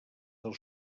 del